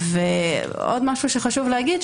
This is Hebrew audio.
עוד משהו שחשוב להגיד,